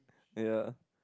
they are